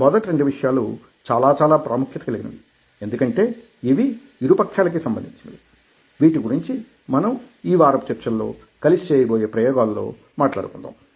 మొదటి రెండు విషయాలు చాలా చాలా ప్రాముఖ్యత కలిగినవి ఎందుకంటే ఇవి ఇరు పక్షాలకీ సంబంధించినవి వీటి గురించి మనం ఈ వారపు చర్చల లో కలిసి చేయబోయే ప్రయోగాలలో మాట్లాడుకుందాం